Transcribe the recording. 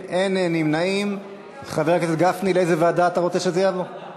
ממאסר (הוראת שעה) (תיקון מס' 4),